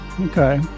Okay